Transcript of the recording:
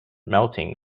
melting